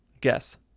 guess